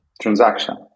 transaction